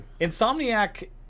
Insomniac